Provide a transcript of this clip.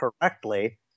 correctly